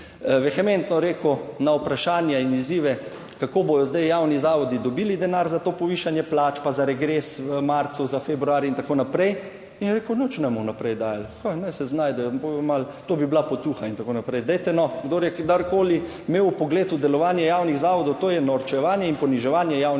vehementno rekel na vprašanja in izzive, kako bodo zdaj javni zavodi dobili denar za to povišanje plač pa za regres v marcu za februar in tako naprej. In je rekel: "Nič ne bomo vnaprej dajali, naj se znajdejo in bodo malo, to bi bila potuha in tako naprej." Dajte, no, kdor je kadarkoli imel vpogled v delovanje javnih zavodov, to je norčevanje in poniževanje javnih